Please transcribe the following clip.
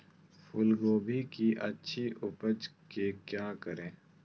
फूलगोभी की अच्छी उपज के क्या करे?